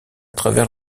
travers